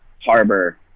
harbor